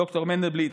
ד"ר מנדלבליט,